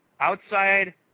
outside